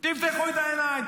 תפתחו את העיניים,